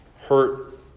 hurt